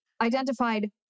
identified